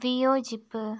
വിയോജിപ്പ്